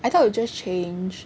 I thought you just changed